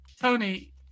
Tony